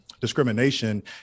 discrimination